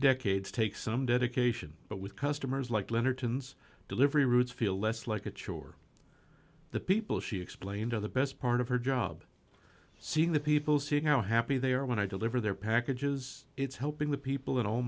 decades take some dedication but with customers like leonard tunes delivery routes feel less like a chore the people she explained to the best part of her job seeing the people seeing how happy they are when i deliver their packages it's helping the people in all